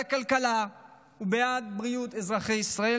בעד הכלכלה ובעד בריאות אזרחי ישראל.